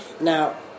Now